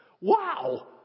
Wow